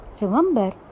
Remember